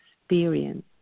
experience